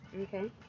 okay